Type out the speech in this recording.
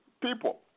people